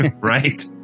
right